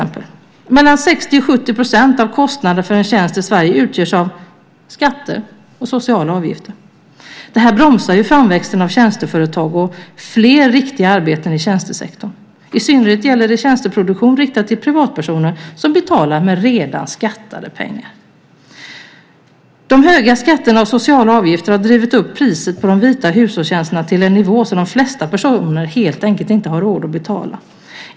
Mellan 60 och 70 % av kostnaderna för en tjänst i Sverige utgörs av skatter och sociala avgifter. Det här bromsar framväxten av tjänsteföretag och fler riktiga arbeten i tjänstesektorn. I synnerhet gäller det tjänsteproduktion riktad till privatpersoner, som betalar med redan skattade pengar. De höga skatterna och sociala avgifterna har drivit upp priset på de vita hushållstjänsterna till en nivå som de flesta personer helt enkelt inte har råd att betala.